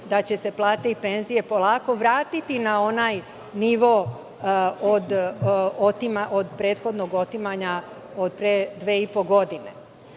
da će se plate i penzije polako vratiti na onaj nivo od prethodnog otimanja, od pre 2,5 godine? Ovo